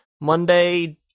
Monday